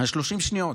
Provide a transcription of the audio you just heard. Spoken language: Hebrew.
30 שניות,